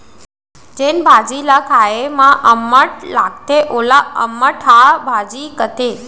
जेन भाजी ल खाए म अम्मठ लागथे वोला अमटहा भाजी कथें